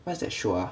what's that show ah